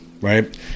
right